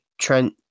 Trent